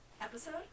Episode